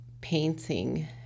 painting